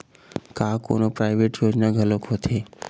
का कोनो प्राइवेट योजना घलोक होथे?